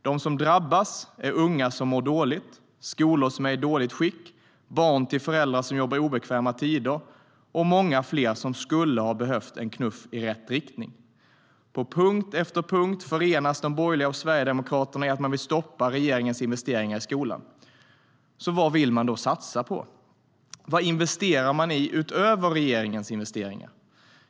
De som drabbas är unga som mår dåligt, skolor som är i dåligt skick, barn till föräldrar som jobbar obekväma tider och många fler som skulle ha behövt en knuff i rätt riktning. På punkt efter punkt förenas de borgerliga och Sverigedemokraterna i att man vill stoppa regeringens investeringar i skolan. Vad vill man då satsa på? Vad investerar man i utöver regeringens investeringar?